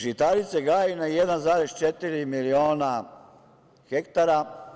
Žitarice gaji na 1,4 miliona hektara.